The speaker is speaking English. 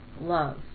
love